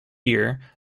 year